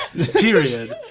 period